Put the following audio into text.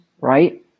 right